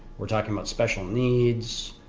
we're talking about special needs,